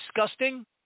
disgusting